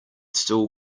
still